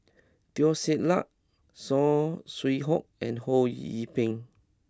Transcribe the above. Teo Ser Luck Saw Swee Hock and Ho Yee Ping